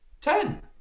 Ten